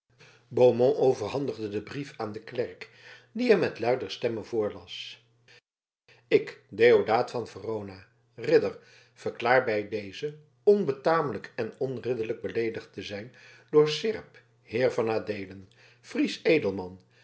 beaumont overhandigde den brief aan den klerk die hem met luider stemme voorlas ik deodaat van verona ridder verklaar bij dezen onbetamelijk en onridderlijk beleedigd te zijn door seerp heer van adeelen friesch